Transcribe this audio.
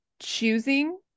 choosing